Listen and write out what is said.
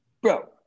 bro